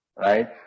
Right